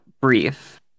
brief